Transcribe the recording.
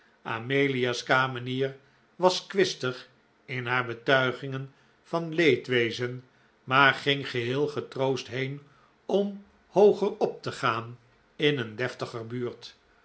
amelia's kamenier was kwistig in haar betuigingen van leedwezen maar ging geheel getroost heen om hooger op te gaan in een deftiger buurt